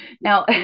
Now